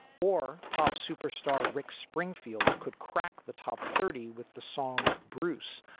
or pop superstar rick springfield could crack the top thirty with the song brus,